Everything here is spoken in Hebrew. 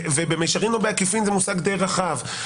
במישרין אן בעקיפין זה מושג די רחב.